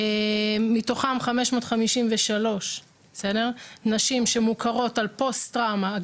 מתוכם 553 נשים שמוכרות על פוסט טראומה,